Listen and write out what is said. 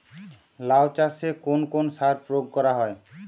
লাউ চাষে কোন কোন সার প্রয়োগ করা হয়?